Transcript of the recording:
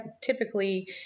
typically